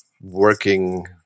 working